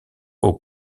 aux